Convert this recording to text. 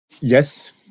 Yes